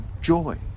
joy